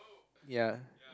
ya